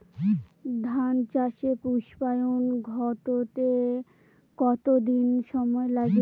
ধান চাষে পুস্পায়ন ঘটতে কতো দিন সময় লাগে?